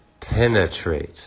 penetrate